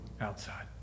outside